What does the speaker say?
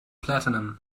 platinum